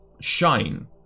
shine